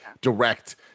direct